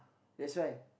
that's why